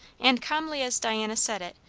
and calmly as diana said it,